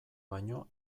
baino